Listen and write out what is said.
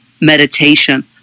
meditation